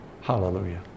Hallelujah